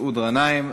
מסעוד גנאים.